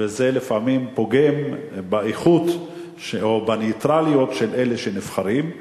וזה לפעמים פוגם באיכות או בנייטרליות של אלה שנבחרים.